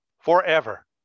forever